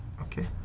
Okay